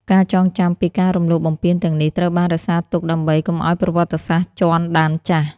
ការចងចាំពីការរំលោភបំពានទាំងនេះ ត្រូវបានរក្សាទុកដើម្បីកុំឱ្យប្រវត្តិសាស្ត្រជាន់ដានចាស់។